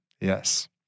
yes